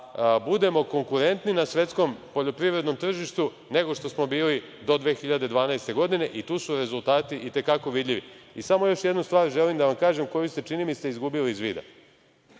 budemo konkurentni na svetskom poljoprivrednom tržištu nego što smo bili do 2012. godine i tu su rezultati i te kako vidljivi.I samo još jednu stvar želim da vam kažem, koju ste, čini mi se, izgubili iz vida.